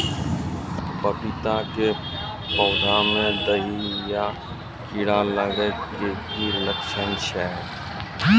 पपीता के पौधा मे दहिया कीड़ा लागे के की लक्छण छै?